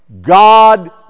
God